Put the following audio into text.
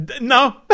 no